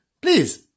please